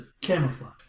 camouflage